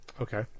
Okay